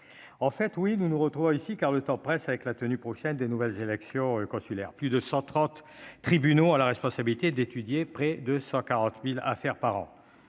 en fait, oui, nous nous retrouvons ici car le temps presse, avec la tenue prochaine des nouvelles élections consulaires, plus de 130 tribunaux a la responsabilité d'étudier, près de 140000 affaires par an,